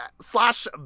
slash